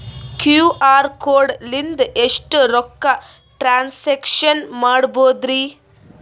QR code ಲಿಂದ ಎಷ್ಟ ರೊಕ್ಕ ಟ್ರಾನ್ಸ್ಯಾಕ್ಷನ ಮಾಡ್ಬೋದ್ರಿ?